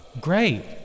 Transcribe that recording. Great